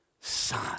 son